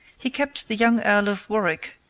he kept the young earl of warwick,